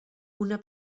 una